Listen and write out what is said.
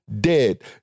dead